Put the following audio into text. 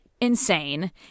insane